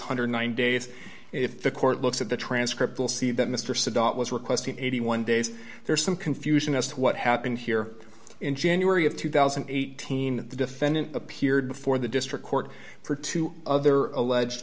hundred and nine days if the court looks at the transcript will see that mr saddam was requesting eighty one days there is some confusion as to what happened here in january of two thousand and eighteen the defendant appeared before the district court for two other alleged